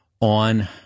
on